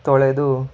ತೊಳೆದು